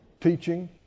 teaching